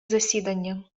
засідання